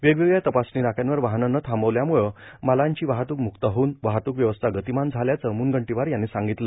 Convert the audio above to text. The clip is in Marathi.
वेगवेगळ्या तपासणी नाक्यांवर वाहनं न थांबवल्याम्ळे मालाची वाहतूक मुक्त होऊन वाहतूक व्यवस्था गतिमान झाल्याचं मुनगंटीवार यांनी सांगितलं